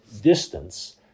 distance